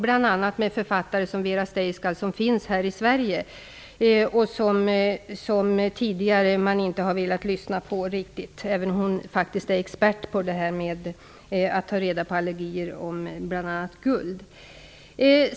Bl.a. har Vera Seiskal, som finns här i Sverige, medverkat som författare. Man har tidigare inte riktigt velat lyssna på henne, trots att hon är expert på att behandla allergier förorsakade av bl.a. guld.